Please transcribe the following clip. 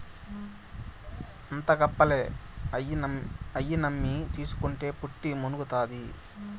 అంతా గప్పాలే, అయ్యి నమ్మి తీస్కుంటే పుట్టి మునుగుతాది